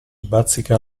bazzica